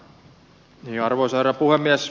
arvoisa herra puhemies